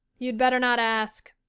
you'd better not ask.